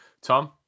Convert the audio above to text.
Tom